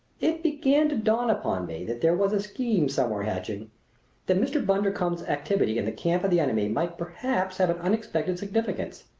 it began to dawn upon me that there was a scheme somewhere hatching that mr. bundercombe's activity in the camp of the enemy might perhaps have an unsuspected significance.